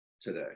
today